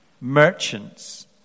merchants